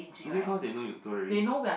is it cause they know you're tourist